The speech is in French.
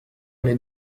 les